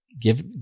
give